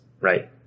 Right